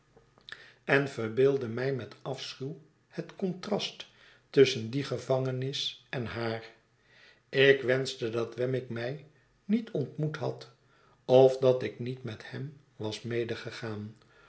en verbeeldde mij met afschuw het contrast tusschen die gevangenis en naar ik wenschte dat wemmick mij niet ontmoet had of dat ik niet met hem was